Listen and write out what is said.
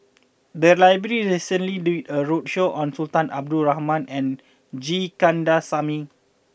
the library recently did a roadshow on Sultan Abdul Rahman and G Kandasamy